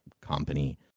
company